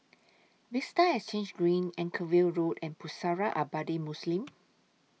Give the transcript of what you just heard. Vista Exhange Green Anchorvale Road and Pusara Abadi Muslim